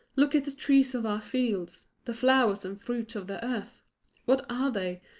look at the trees of our fields, the flowers and fruits of the earth what are they,